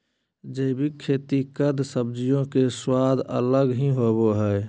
जैविक खेती कद सब्जियों के स्वाद अलग ही होबो हइ